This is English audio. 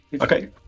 Okay